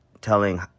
telling